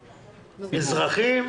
טוב לאזרחים.